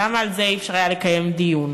למה על זה אי-אפשר היה לקיים דיון?